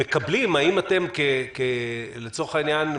מקבלים לצורך העניין,